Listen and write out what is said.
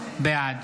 בעד